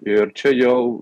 ir čia jau